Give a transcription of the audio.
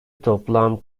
toplam